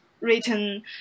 written